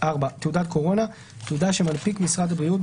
"4 "תעודת קורונה" תעודה שמנפיק משרד הבריאות,